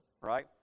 right